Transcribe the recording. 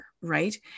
right